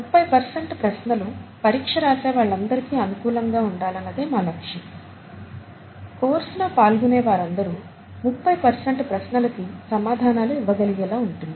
30 percent ప్రశ్నలు పరీక్ష రాసే వాళ్ళందరికీ అనుకూలంగా ఉండాలన్నదే మా లక్ష్యం కోర్స్ లో పాల్గునే వారందరు 30 పర్సెంట్ ప్రశ్నలకి సమాధానాలు ఇవ్వగలిగేలా ఉంటుంది